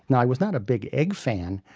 and i was not a big egg fan.